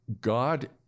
God